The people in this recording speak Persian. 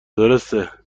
درسته